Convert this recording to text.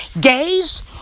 Gays